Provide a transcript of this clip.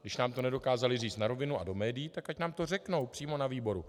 Když nám to nedokázali říct na rovinu a do médií, tak ať nám to řeknou přímo na výboru.